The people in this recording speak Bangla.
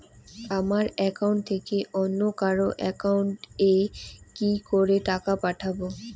আমার একাউন্ট থেকে অন্য কারো একাউন্ট এ কি করে টাকা পাঠাবো?